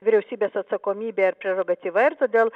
vyriausybės atsakomybė ir prerogatyva ir todėl